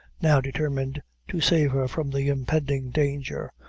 now determined to save her from the impending danger,